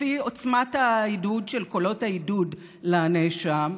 לפי עוצמת העידוד של קולות העידוד לנאשם,